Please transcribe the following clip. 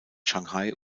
shanghai